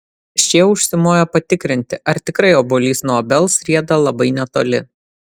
šie užsimojo patikrinti ar tikrai obuolys nuo obels rieda labai netoli